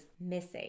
missing